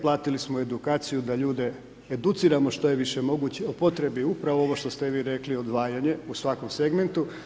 Platili smo edukaciju da ljude educiramo što je više moguće o potrebi upravo ovo što ste vi rekli odvajanje u svakom segmentu.